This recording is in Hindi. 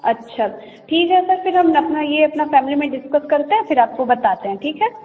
अच्छा ठीक है सर फिर हम अपना ये अपना फैमिली में अपना डिस्कस करते हैं फिर आपको बताते हैं ठीक है